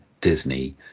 Disney